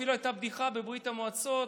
אפילו הייתה בדיחה בברית המועצות: